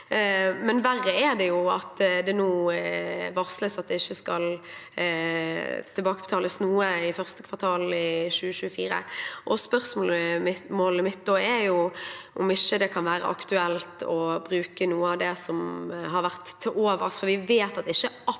men verre er det at det nå varsles at det ikke skal tilbakebetales noe i første kvartal i 2024. Spørsmålet mitt da er om det ikke kan være aktuelt å bruke noe av det som har vært til overs, for vi vet at ikke